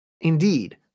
Indeed